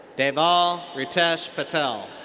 davel ritesh patel.